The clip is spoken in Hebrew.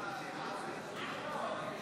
ההצעה הוסרה מסדר-היום.